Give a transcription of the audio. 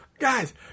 Guys